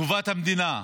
טובת המדינה.